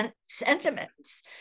sentiments